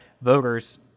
voters